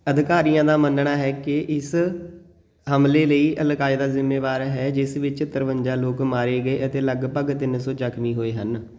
ਅਧਿਕਾਰੀਆਂ ਦਾ ਮੰਨਣਾ ਹੈ ਕਿ ਇਸ ਹਮਲੇ ਲਈ ਅਲ ਕਾਇਦਾ ਜ਼ਿੰਮੇਵਾਰ ਹੈ ਜਿਸ ਵਿੱਚ ਤਰਵੰਜਾ ਲੋਕ ਮਾਰੇ ਗਏ ਅਤੇ ਲਗਭਗ ਤਿੰਨ ਸੌ ਜ਼ਖਮੀ ਹੋਏ ਹਨ